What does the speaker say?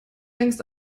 längst